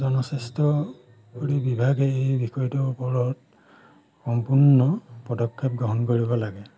জনস্বাস্থ্যকৰী বিভাগে এই বিষয়টোৰ ওপৰত সম্পূৰ্ণ পদক্ষেপ গ্ৰহণ কৰিব লাগে